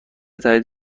تایید